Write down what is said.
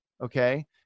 Okay